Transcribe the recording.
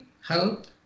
help